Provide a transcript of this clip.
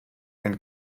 and